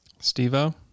Steve-O